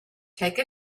take